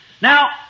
Now